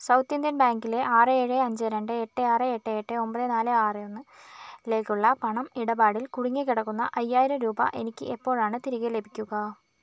south Indian ബാങ്കിലെ ആറ് ഏഴ് അഞ്ച് രണ്ട് എട്ട് ആറ് എട്ട് എട്ട് ഒമ്പത് നാല് ആറ് ഒന്നിലേക്കുള്ള പണം ഇടപാടിൽ കുടുങ്ങിക്കിടക്കുന്ന അയ്യായിരം രൂപ എനിക്ക് എപ്പോഴാണ് തിരികെ ലഭിക്കുക